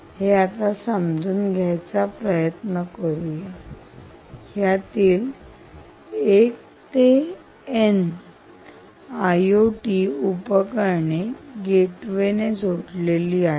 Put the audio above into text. हे आता समजून घ्यायचा प्रयत्न करू करूया यातील 1 ते N आयओटी उपकरणे गेटवे जोडलेली आहेत